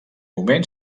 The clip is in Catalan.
moment